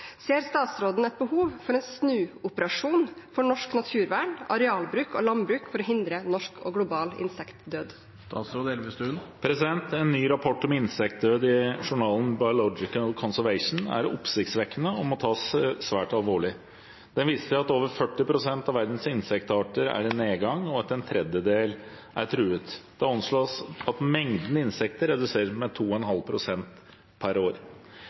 Ser statsråden et behov for en snuoperasjon for norsk naturvern, arealbruk og landbruk for å hindre norsk og global insektdød?» En ny rapport om insekter i journalen Biological Conservation er oppsiktsvekkende og må tas svært alvorlig. Den viser at over 40 pst. av verdens insektarter er i nedgang, og at en tredjedel er truet. Det anslås at mengden insekter reduseres med 2,5 pst. per år.